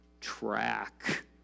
track